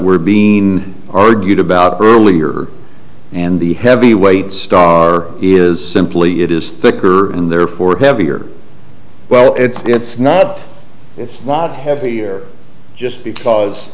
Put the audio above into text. were being argued about earlier and the heavyweight star is simply it is thicker and therefore heavier well it's not it's not heavy year just because